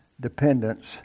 dependence